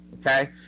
okay